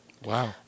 Wow